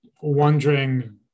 wondering